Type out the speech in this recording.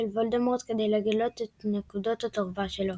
וולדמורט כדי לגלות את נקודות התורפה שלו.